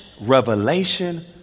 revelation